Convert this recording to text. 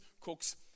Cook's